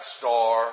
star